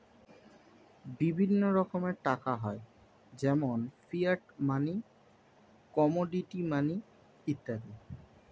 বিভিন্ন রকমের টাকা হয় যেমন ফিয়াট মানি, কমোডিটি মানি ইত্যাদি